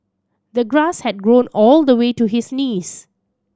the grass had grown all the way to his knees